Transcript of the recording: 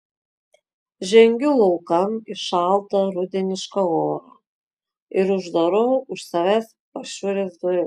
žengiu laukan į šaltą rudenišką orą ir uždarau už savęs pašiūrės duris